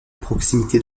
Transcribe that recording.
proximité